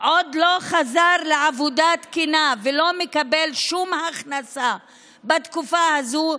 עוד לא חזרו לעבודה תקינה ולא מקבלים שום הכנסה בתקופה הזו,